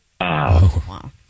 Wow